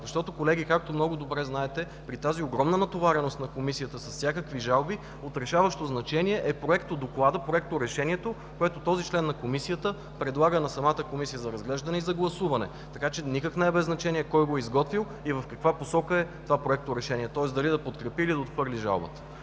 Защото, колеги, както много добре знаете, при тази огромна натовареност на Комисията с всякакви жалби, от решаващо значение е проектодокладът, проекторешението, което този член на Комисията предлага на самата Комисия за разглеждане и за гласуване. Така че никак не е без значение кой го е изготвил и в каква посока е това проекторешение, тоест дали да подкрепи, или да отхвърли жалбата.